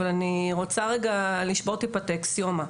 אבל אני רוצה לשבור טיפה את האקסיומה,